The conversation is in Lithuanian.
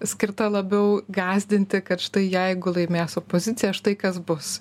skirta labiau gąsdinti kad štai jeigu laimės opozicija štai kas bus